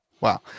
Wow